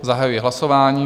Zahajuji hlasování.